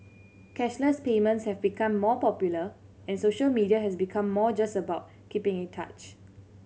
cashless payments have become more popular and social media has become more just about keeping in touch